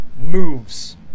moves